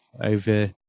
over